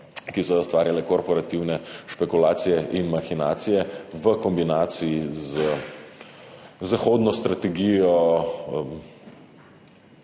ki so jo ustvarjale korporativne špekulacije in mahinacije v kombinaciji z zahodno strategijo